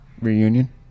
reunion